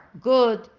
good